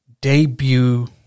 debut